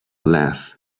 laugh